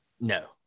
no